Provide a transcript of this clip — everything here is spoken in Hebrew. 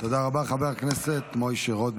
תודה רבה, חבר הכנסת משה רוט,